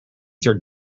there